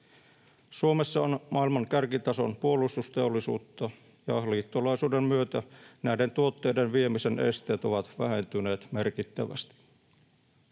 Suomessa on maailman kärkitason puolustusteollisuutta, ja liittolaisuuden myötä näiden tuotteiden viemisen esteet ovat vähentyneet merkittävästi.